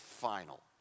final